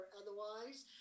otherwise